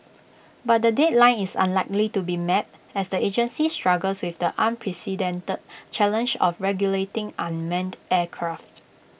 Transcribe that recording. but the deadline is unlikely to be met as the agency struggles with the unprecedented challenge of regulating unmanned aircraft